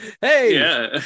Hey